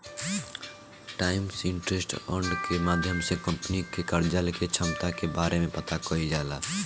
times interest earned के माध्यम से कंपनी के कर्जा के क्षमता के बारे में पता कईल जाला